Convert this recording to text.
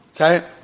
Okay